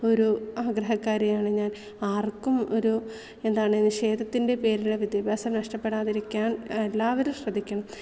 ഒരു ആഗ്രഹകാരിയാണ് ഞാൻ ആർക്കും ഒരു എന്താണ് നിഷേധത്തിൻ്റെ പേരിൽ വിദ്യാഭ്യാസം നഷ്ടപ്പെടാതിരിക്കാൻ എല്ലാവരും ശ്രദ്ധിയ്ക്കണം